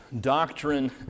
doctrine